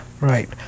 right